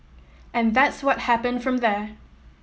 and that's what happened from there